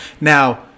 Now